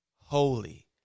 holy